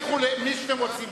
לכו למי שאתם רוצים,